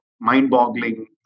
mind-boggling